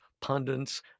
pundits